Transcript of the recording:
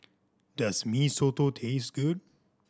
does Mee Soto taste good